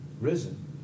risen